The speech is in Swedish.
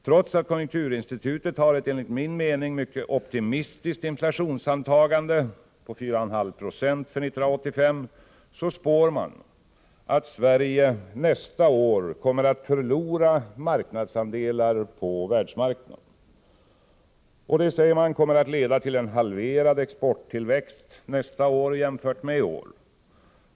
Trots att konjunkturinstitutet har ett, enligt min mening, mycket optimistiskt inflationsantagande på 4,5 Jo för 1985, spår man att Sverige nästa år kommer att förlora marknadsandelar på världsmarknaden. Detta kommer, säger man, att leda till en halverad exporttillväxt nästa år jämfört med i år.